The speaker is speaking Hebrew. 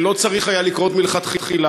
שלא צריך היה לקרות מלכתחילה.